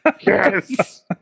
Yes